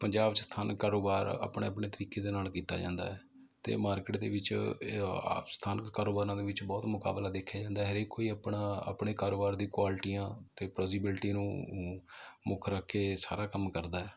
ਪੰਜਾਬ ਸਥਾਨਕ ਕਾਰੋਬਾਰ ਆਪਣੇ ਆਪਣੇ ਤਰੀਕੇ ਦੇ ਨਾਲ ਕੀਤਾ ਜਾਂਦਾ ਹੈ ਅਤੇ ਮਾਰਕੀਟ ਦੇ ਵਿੱਚ ਇਹ ਆਪ ਸਥਾਨਕ ਕਾਰੋਬਾਰਾਂ ਦੇ ਵਿੱਚ ਬਹੁਤ ਮੁਕਾਬਲਾ ਦੇਖਿਆ ਜਾਂਦਾ ਹਰੇਕ ਕੋਈ ਆਪਣਾ ਆਪਣੇ ਕਾਰੋਬਾਰ ਦੀ ਕੁਆਲਿਟੀਆਂ ਅਤੇ ਪ੍ਰੋਜੀਬਿਲਟੀ ਨੂੰ ਮੁੱਖ ਰੱਖ ਕੇ ਸਾਰਾ ਕੰਮ ਕਰਦਾ ਹੈ